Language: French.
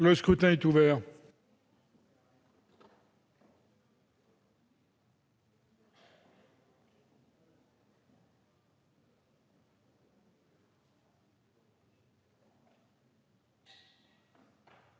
Le scrutin est ouvert.